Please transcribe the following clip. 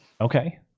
Okay